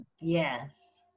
Yes